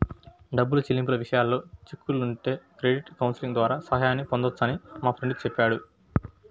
డబ్బు చెల్లింపుల విషయాల్లో చిక్కుకుంటే క్రెడిట్ కౌన్సిలింగ్ ద్వారా సాయాన్ని పొందొచ్చని మా ఫ్రెండు చెప్పాడు